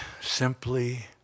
simply